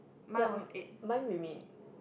yup m~ mine remain